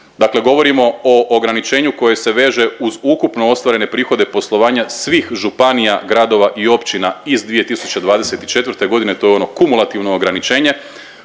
Dakle, govorimo o ograničenju koje se veže uz ukupno ostvarene prihode poslovanja svih županija, gradova i općina iz 2024. godine. To je ono kumulativno ograničenje